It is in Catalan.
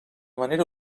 manera